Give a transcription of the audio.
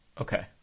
Okay